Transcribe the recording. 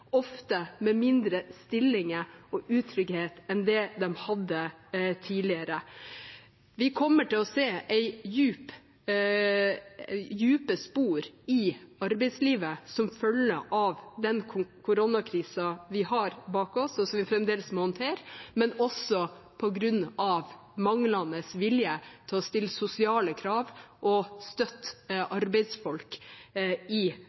ofte med mindre stillinger og mer utrygghet enn de hadde tidligere. Vi kommer til å se dype spor i arbeidslivet som følge av koronakrisen vi har bak oss, og som vi fremdeles må håndtere, men også på grunn av en manglende vilje til å stille sosiale krav og støtte arbeidsfolk i